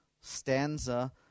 stanza